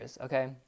okay